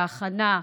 להכנה,